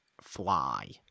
fly